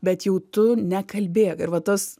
bet jau tu nekalbėk ir va tas